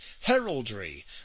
heraldry